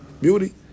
Beauty